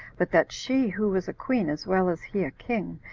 but that she, who was a queen, as well as he a king,